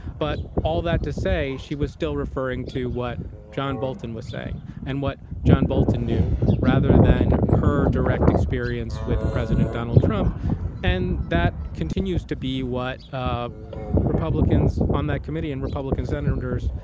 but all that to say, she was still referring to what john bolton was saying and what john bolton knew rather than her direct experience with president donald trump and that continues to be what um republicans on that committee and republican senators.